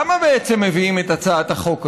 למה בעצם מביאים את הצעת החוק הזאת?